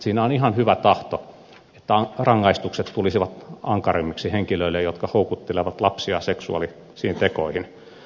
siinä on ihan hyvä tahto että rangaistukset tulisivat ankarammiksi henkilöille jotka houkuttelevat lapsia seksuaalisiin tekoihin